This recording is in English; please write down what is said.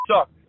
suck